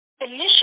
initially